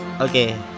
okay